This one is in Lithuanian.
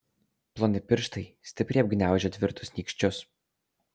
ploni pirštai stipriai apgniaužę tvirtus nykščius